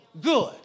good